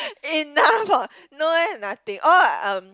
enough ah no eh nothing oh um